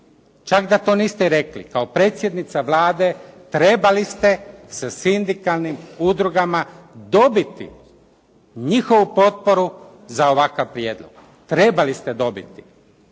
čak da to niste rekli, kao predsjednica Vlade trebali ste sa sindikalnim udrugama dobiti njihovu potporu za ovakav prijedlog, trebali ste dobiti.